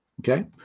okay